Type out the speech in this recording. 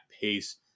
pace